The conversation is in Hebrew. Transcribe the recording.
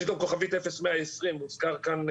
יש גם כוכבית 0120, הוזכר כאן,